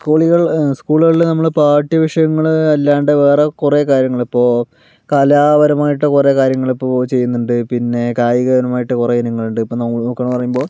സ്കൂളുകൾ സ്കൂളുകളിൽ നമ്മൾ പാഠ്യവിഷയങ്ങൾ അല്ലാതെ വേറെ കുറേ കാര്യങ്ങൾ ഇപ്പോൾ കലാപരമായിട്ട് കുറേ കാര്യങ്ങൾ ഇപ്പോൾ ചെയ്യുന്നുണ്ട് പിന്നെ കായികപരമായിട്ട് കുറേ ഇനങ്ങളുണ്ട് ഇപ്പോൾ നോ നോക്കാന്ന് പറയുബോൾ